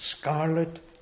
Scarlet